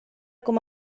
com